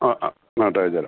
ആ ആ അങ്ങോട്ട് അയച്ചുതരാം